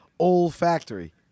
Olfactory